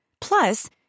Plus